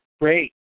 Great